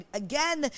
again